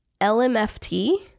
LMFT